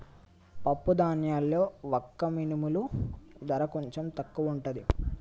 పప్పు ధాన్యాల్లో వక్క మినుముల ధర కొంచెం తక్కువుంటది